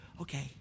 okay